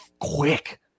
quick